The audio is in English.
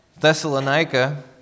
Thessalonica